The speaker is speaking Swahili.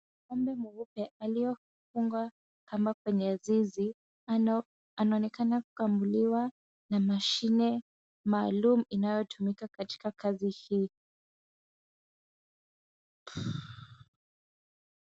Ngombe mweupe aliyefungwa kamba kwenye zizi, anaonekana kukamuliwa na mashine maalum inayotumika katika kazi hii.